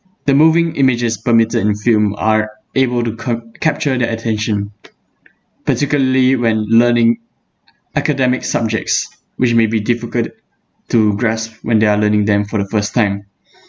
the moving images permitted in film are able to cap~ capture their attention particularly when learning academic subjects which may be difficult to grasp when they are learning them for the first time